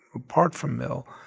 apart from mill,